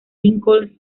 lincoln